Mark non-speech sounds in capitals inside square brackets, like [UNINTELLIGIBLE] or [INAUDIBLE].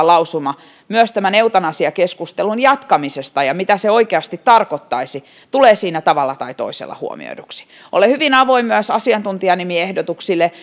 [UNINTELLIGIBLE] lausuma myös tämän eutanasiakeskustelun jatkamisesta ja se mitä se oikeasti tarkoittaisi tulee siinä tavalla tai toisella huomioiduksi olen hyvin avoin myös asiantuntijanimiehdotuksille [UNINTELLIGIBLE]